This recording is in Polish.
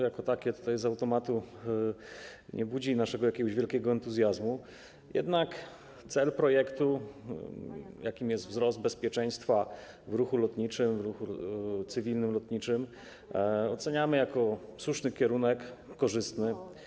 Jako takie z automatu nie budzi naszego wielkiego entuzjazmu, jednak cel projektu, jakim jest wzrost bezpieczeństwa w ruchu lotniczym, w cywilnym ruchu lotniczym, oceniamy jako słuszny kierunek, korzystny.